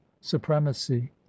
supremacy